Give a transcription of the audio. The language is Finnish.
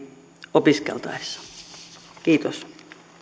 opiskeltaessa kiitos